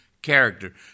Character